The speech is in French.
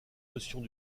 notions